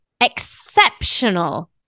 exceptional